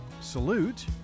salute